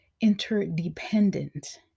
interdependent